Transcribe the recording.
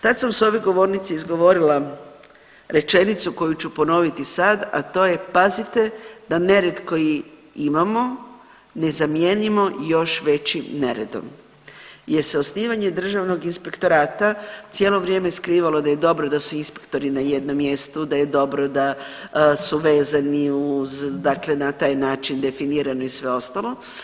Tad sam s ove govornice izgovorila rečenicu koju ću ponoviti sad, a to je pazite da nered koji i imamo, ne zamijenimo još većim neredom jer se osnivanjem Državnog inspektorata cijelo vrijeme skrivalo da je dobro da su inspektori na jednom mjestu, da je dobro da su vezani uz, dakle na taj način definirano i sve ostalo.